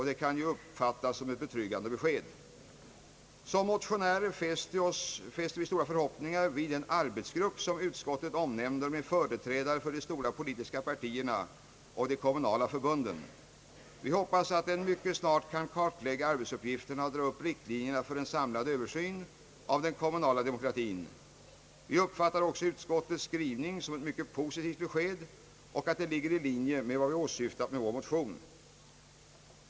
Det kan ju uppfattas som ett betryggande besked. Som motionärer fäster vi stora förhoppningar vid den arbetsgrupp med företrädare för de stora politiska partierna och kommunala förbunden, som utskottet omnämner. Vi hoppas att den mycket snart kan kartlägga arbetsuppgifterna och dra upp riktlinjerna för en samlad översyn av den kommunala demokratin. Vi uppfattar också utskottets skrivning som ett mycket positivt besked och att det ligger i linje med vad vi åsyftat med vår motion.